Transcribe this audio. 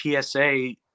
PSA